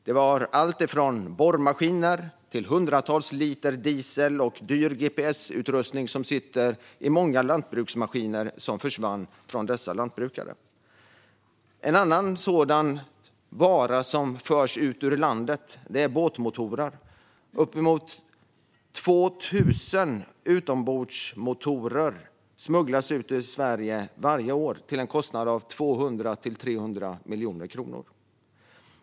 Det var allt från borrmaskiner och hundratals liter diesel till dyr gps-utrustning som sitter i många lantbruksmaskiner som försvann från dessa lantbrukare. En annan vara som förs ut ur landet är båtmotorer. Uppemot 2 000 utombordsmotorer smugglas ut ur Sverige varje år till en kostnad av 200-300 miljoner kronor.